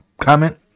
comment